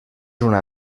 una